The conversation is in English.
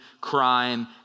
crime